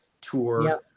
tour